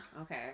okay